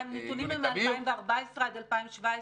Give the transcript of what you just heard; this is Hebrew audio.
הנתונים הם מ-2014 עד 2017,